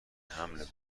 حمل